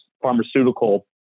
pharmaceutical